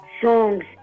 songs